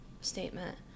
statement